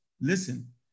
listen